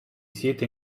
siete